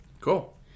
cool